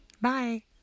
Bye